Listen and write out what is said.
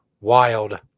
Wild